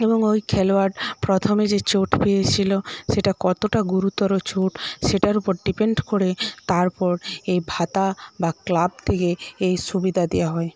এবং ওই খেলোয়াড় প্রথমে যে চোট পেয়েছিল সেটা কতটা গুরুতর চোট সেটার উপর ডিপেন্ড করে তারপর এই ভাতা বা ক্লাব থেকে এই সুবিধা দেওয়া হয়